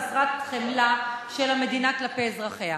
חסרת חמלה של המדינה כלפי אזרחיה.